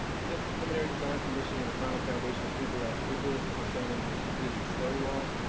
since the preliminary design submission and the final foundation approval last april, the smithsonian has completed the slurry wall.